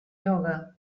ioga